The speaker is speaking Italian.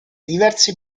diversi